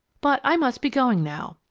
but i must be going now.